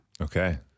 Okay